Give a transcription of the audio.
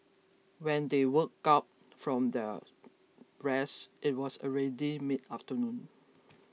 when they woke up from their rest it was already mid afternoon